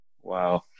Wow